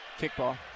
Kickball